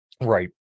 right